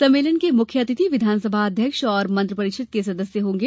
सम्मेलन के मुख्य अतिथि विधानसभा अध्यक्ष और मंत्रि परिषद के सदस्य होंगे